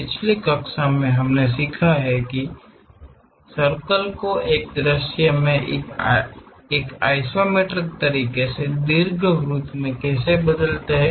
पिछली कक्षा में हमने सीखा है कि इस सर्कल को एक दृश्य में एक आइसोमेट्रिक तरीके से दीर्घवृत्त में कैसे बदलना है